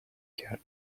کرد